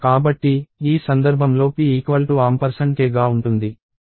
కాబట్టి ఈ సందర్భంలో p k గా ఉంటుంది